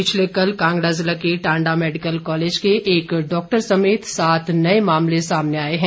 पिछले कल कांगड़ा जिला के टांडा मेडिकल कॉलेज के एक डॉक्टर समेत सात नए मामले सामने आए हैं